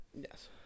Yes